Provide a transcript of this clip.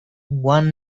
one